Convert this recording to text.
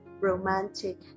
romantic